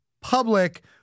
public